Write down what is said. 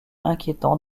inquiétant